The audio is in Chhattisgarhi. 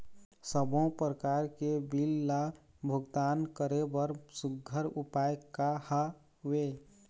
सबों प्रकार के बिल ला भुगतान करे बर सुघ्घर उपाय का हा वे?